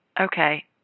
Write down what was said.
Okay